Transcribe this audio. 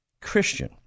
Christian